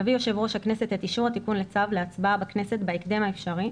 יביא יושב ראש הכנסת את אישור התיקון לצו להצבעה בכנסת בהקדם האפשרי,